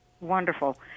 Wonderful